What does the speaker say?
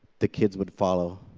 the kids would follow.